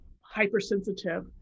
hypersensitive